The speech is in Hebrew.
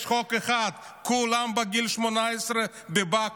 יש חוק אחד: כולם בגיל 18 בבקו"ם.